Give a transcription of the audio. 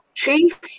Chief